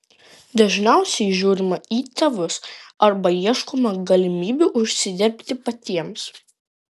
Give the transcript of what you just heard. dažniausiai žiūrima į tėvus arba ieškoma galimybių užsidirbti patiems